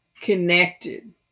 connected